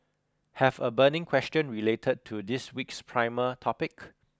have a burning question related to this week's primer topic